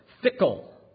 Fickle